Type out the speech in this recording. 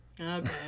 Okay